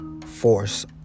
force